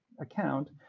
account